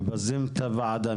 מבזים את הוועדה,